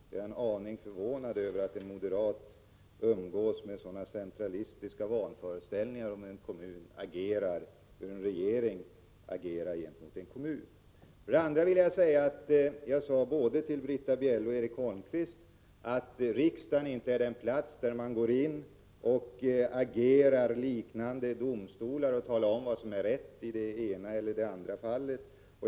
Jag är en aning förvånad över att en moderat hyser så centralistiska vanföreställningar om hur en kommun agerar och hur en regering agerar gentemot en kommun. För det andra sade jag till både Britta Bjelle och Erik Holmkvist att riksdagen inte är den plats där man går in och agerar på samma sätt som i domstolar och talar om vad som är rätt i det ena eller det andra fallet.